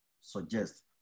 Suggest